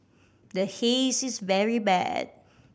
the Haze is very bad